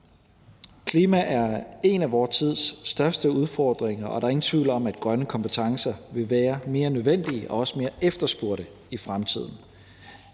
Klima er en af vor tids største udfordringer, og der er ingen tvivl om, at grønne kompetencer vil være mere nødvendige og også mere efterspurgte i fremtiden.